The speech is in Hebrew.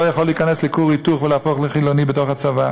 יכול להיכנס לכור היתוך ולהפוך לחילוני בתוך הצבא,